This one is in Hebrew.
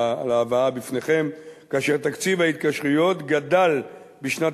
להבאה בפניכם כאשר תקציב ההתקשרויות גדל בשנת